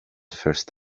first